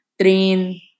train